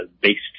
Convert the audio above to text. based